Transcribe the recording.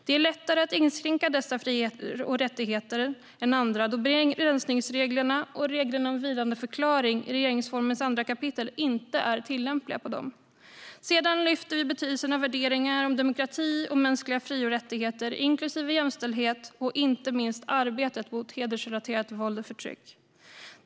Det är lättare att inskränka dessa fri och rättigheter än andra då begränsningsreglerna och reglerna om vilandeförklaring i regeringsformens andra kapitel inte är tillämpliga på dem. Sedan lyfter vi betydelsen av värderingar i fråga om demokrati och mänskliga fri och rättigheter, inklusive jämställdhet, och inte minst arbetet mot hedersrelaterat våld och förtryck.